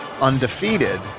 undefeated